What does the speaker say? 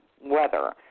weather